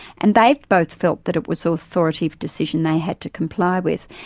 and they've both felt that it was so authoritative decision they had to comply with.